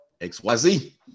XYZ